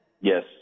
Yes